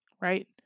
Right